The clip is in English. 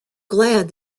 glad